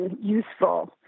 useful